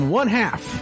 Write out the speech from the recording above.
one-half